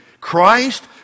Christ